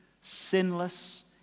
sinless